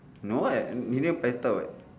no ah he never paitao [what]